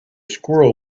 squirrel